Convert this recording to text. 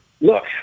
Look